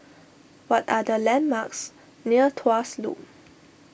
what are the landmarks near Tuas Loop